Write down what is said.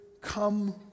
come